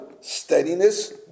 steadiness